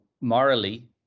morally